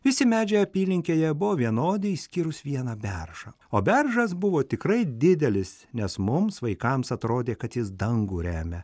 visi medžiai apylinkėje buvo vienodi išskyrus vieną beržą o beržas buvo tikrai didelis nes mums vaikams atrodė kad jis dangų remia